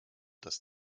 das